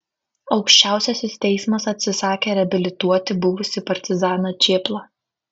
aukščiausiasis teismas atsisakė reabilituoti buvusį partizaną čėplą